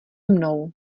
mnou